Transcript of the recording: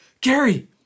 Gary